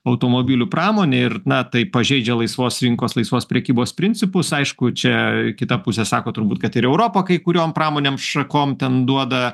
automobilių pramonė ir na taip pažeidžia laisvos rinkos laisvos prekybos principus aišku čia kita pusė sako turbūt kad ir europa kai kuriom pramonėm šakom ten duoda